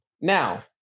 now